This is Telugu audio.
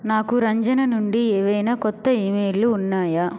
నాకు రంజన నుండి ఏవైనా క్రొత్త ఈమెయిళ్ళు ఉన్నాయా